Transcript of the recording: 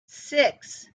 six